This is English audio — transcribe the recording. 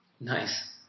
Nice